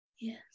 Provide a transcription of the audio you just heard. Yes